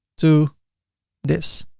to this.